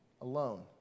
alone